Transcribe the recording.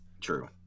True